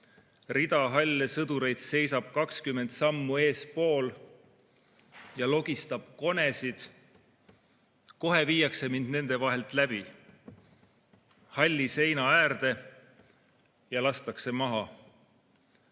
Rida halle sõdureid seisab 20 sammu eespool ja logistab konesid. Kohe viiakse mind nende vahelt läbi halli seina äärde ja lastakse maha.